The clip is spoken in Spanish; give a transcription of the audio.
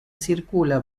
circula